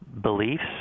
beliefs